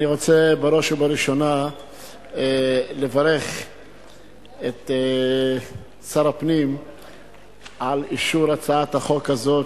אני רוצה בראש ובראשונה לברך את שר הפנים על אישור הצעת החוק הזאת,